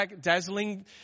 dazzling